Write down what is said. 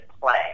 play